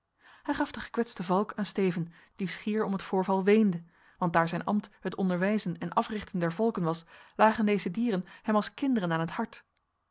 hij gaf de gekwetste valk aan steven die schier om het voorval weende want daar zijn ambt het onderwijzen en africhten der valken was lagen deze dieren hem als kinderen aan het hart